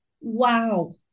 Wow